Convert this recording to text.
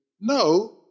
No